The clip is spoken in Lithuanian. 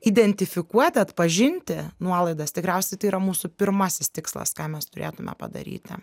identifikuoti atpažinti nuolaidas tikriausiai tai yra mūsų pirmasis tikslas ką mes turėtume padaryti